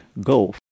go